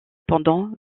pendant